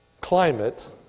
climate